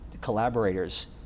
collaborators